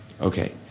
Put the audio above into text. Okay